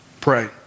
Pray